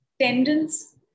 tendons